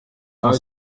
cent